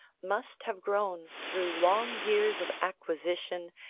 must have grown, through long years of acquisition,